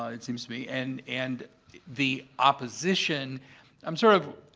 ah it seems to me. and and the opposition i'm sort of